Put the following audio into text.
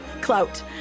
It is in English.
clout